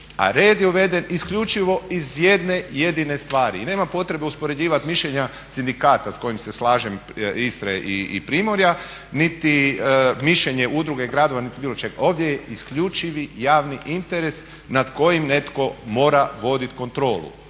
a red je uveden isključivo iz jedne jedine stvari i nema potrebe uspoređivati mišljenja sindikata s kojim se slažem Istre i Primorja, niti mišljenje Udruge gradova niti bilo čega. Ovdje je isključivi javni interes nad kojim netko mora voditi kontrolu.